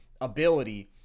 ability